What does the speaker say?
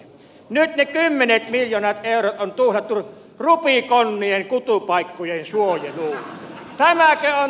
nyt ne kymmenet miljoonat eurot on tuhlattu rupikonnien kutupaikkojen suojeluun